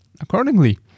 accordingly